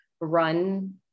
run